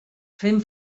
fent